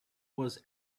was